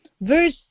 verse